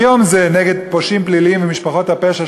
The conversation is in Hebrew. היום זה נגד פושעים פליליים ומשפחות הפשע,